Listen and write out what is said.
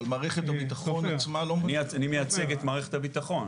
אבל מערכת הביטחון עצמה לא --- אני מייצג את מערכת הביטחון.